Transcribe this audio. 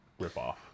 ripoff